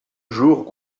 jours